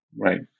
right